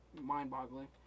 mind-boggling